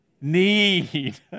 need